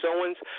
Owens